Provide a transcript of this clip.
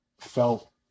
felt